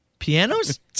Pianos